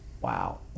wow